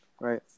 right